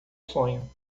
sonho